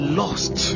lost